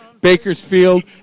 Bakersfield